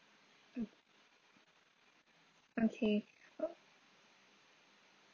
mm okay uh